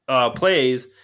plays